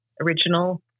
original